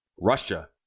russia